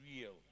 real